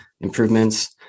improvements